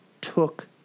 took